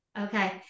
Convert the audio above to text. Okay